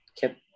kept